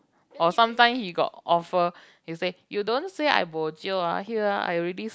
or sometime he got offer he say you don't say I bo jio ah here I already